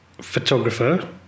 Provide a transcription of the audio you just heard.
photographer